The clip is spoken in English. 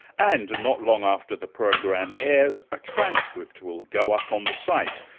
and, not long after the program airs a transcript will go up on the site,